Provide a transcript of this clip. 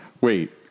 Wait